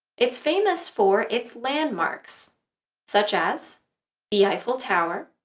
it's famous for its landmarks such as the eiffel tower,